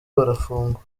barafungwa